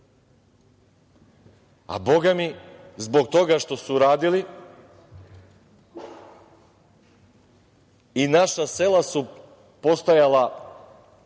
A, bogami zbog toga što su uradili i naša sela su ostajala